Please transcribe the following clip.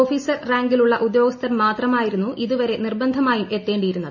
officer റാങ്കിലുള്ള ഉദ്യോഗസ്ഥർ മാത്രമായിരുന്നു ഇതുവരെ ഓഫീസിലേക്ക് നിർബന്ധമായും എത്തേണ്ടിയരുന്നത്